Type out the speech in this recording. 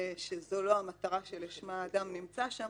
שזו לא המטרה שלשמה הוא נמצא שם,